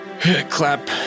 clap